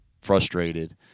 frustrated